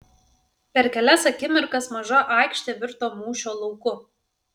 per kelias akimirkas maža aikštė virto mūšio lauku